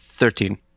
Thirteen